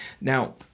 Now